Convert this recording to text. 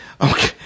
Okay